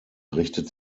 richtet